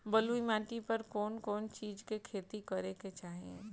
बलुई माटी पर कउन कउन चिज के खेती करे के चाही?